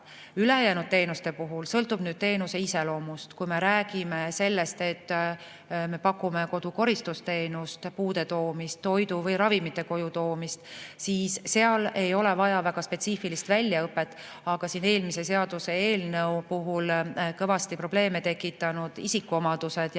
Ülejäänud teenuste puhul sõltub [kvalifikatsioon] teenuse iseloomust. Kui räägime sellest, et pakume kodukoristusteenust, puude toomist ning toidu ja ravimite koju toomist – selleks ei ole vaja väga spetsiifilist väljaõpet. Aga siin eelmise seaduseelnõu puhul kõvasti probleeme tekitanud isikuomadused ja